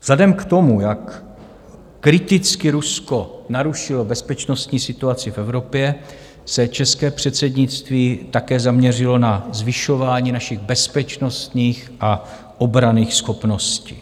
Vzhledem k tomu, jak kriticky Rusko narušuje bezpečnostní situaci v Evropě, se české předsednictví také zaměřilo na zvyšování našich bezpečnostních a obranných schopností.